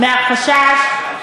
לא שמעו את זה.